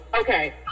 okay